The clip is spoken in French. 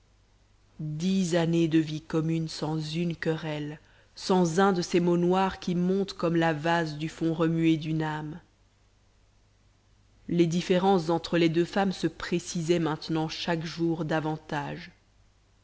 dix années de vie commune sans une querelle sans un de ces mots noirs qui montent comme la vase du fond remué d'une âme les différences entre les deux femmes se précisaient maintenant chaque jour davantage